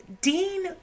Dean